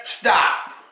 stop